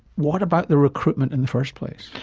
what about the recruitment in the first place?